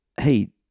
hey